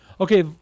Okay